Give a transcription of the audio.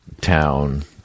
town